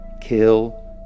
kill